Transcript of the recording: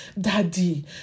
daddy